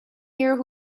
here